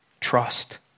Trust